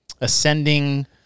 ascending